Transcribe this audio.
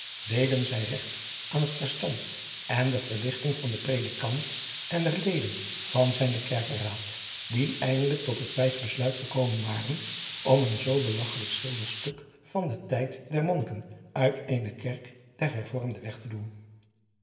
deden zij regt aan het verstand en de verlichting van den redikant en der leden van zijnen kerkeraad die eindelijk tot het wijs besluit gekomen waren om een zoo belagchelijk schilderstuk van den tijd der monnikken uit eene kerk der hervormden weg te doen